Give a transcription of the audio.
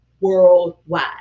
worldwide